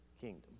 kingdom